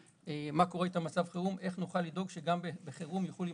איך נוכל לדאוג שגם בחירום הם יוכלו להמשיך,